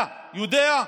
אתה יודע?